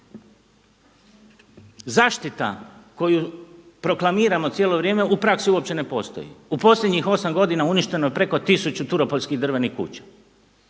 Zaštita koju proklamiramo cijelo vrijeme u praksi uopće ne postoji. U posljednjih 8 godina uništeno je preko tisuću turopoljskih drvenih kuća.